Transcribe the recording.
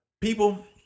People